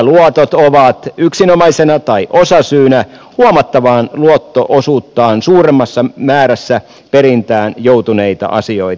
pikaluotot ovat yksinomaisena tai osasyynä huomattavasti luotto osuuttaan suuremmassa määrässä perintään joutuneita asioita